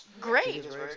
Great